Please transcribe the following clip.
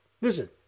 listen